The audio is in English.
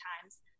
times